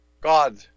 God